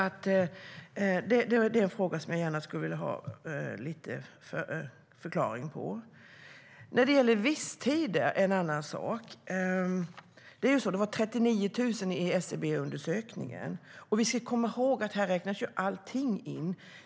Det är något som jag gärna skulle vilja ha en förklaring på. Visstider är en annan fråga. I SCB-undersökningen var det 39 000. Men vi ska komma ihåg att allt räknas in här.